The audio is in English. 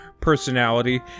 personality